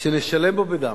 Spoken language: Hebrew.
של לשלם בו בדם,